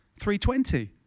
3.20